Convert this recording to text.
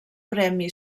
premi